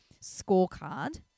scorecard